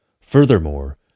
Furthermore